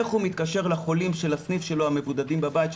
איך הוא מתקשר לחולים של הסניף שלו המבודדים בבית.